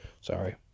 Sorry